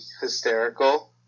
hysterical